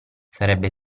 sarebbe